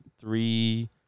Three